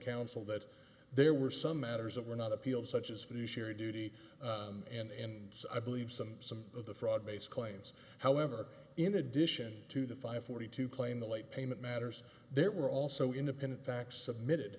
counsel that there were some matters that were not appealed such as few share duty and i believe some some of the fraud base claims however in addition to the five forty two claim the late payment matters there were also independent facts submitted